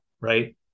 Right